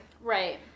Right